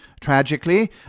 Tragically